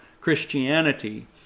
Christianity